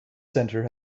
centre